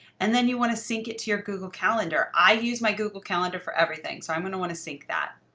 and then you want to sync it to your google calendar. i use my google calendar for everything. so i'm going to want to sync that.